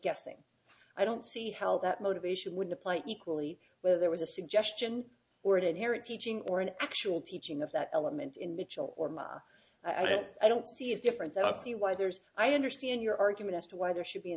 guessing i don't see how that motivation would apply equally whether there was a suggestion or it here a teaching or an actual teaching of that element in mitchell orma i don't see a difference i don't see why there's i understand your argument as to why there should be an